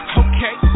okay